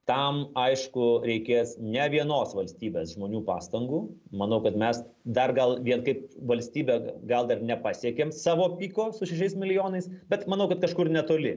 tam aišku reikės ne vienos valstybės žmonių pastangų manau kad mes dar gal vien kaip valstybė gal dar nepasiekėm savo piko su šešiais milijonais bet manau kad kažkur netoli